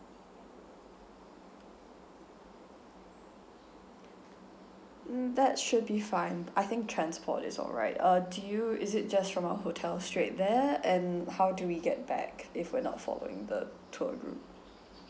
mm that should be fine I think transport is alright uh do you is it just from our hotel straight there and how do we get back if we're not following the tour group